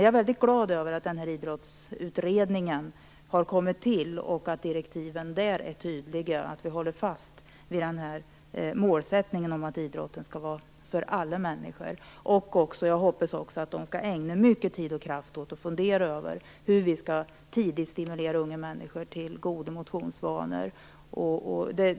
Jag är väldigt glad över att Idrottsutredningen har kommit till och att direktiven till den är tydliga, dvs. att målsättningen om att idrotten skall vara för alla människor står fast. Jag hoppas också att utredningen skall ägna mycken tid och kraft åt att fundera över hur vi tidigt skall stimulera unga människor till goda motionsvanor.